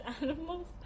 animals